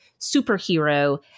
superhero